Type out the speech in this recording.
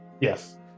Yes